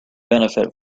benefit